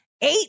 Eight